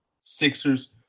Sixers